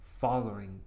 following